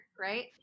right